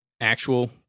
actual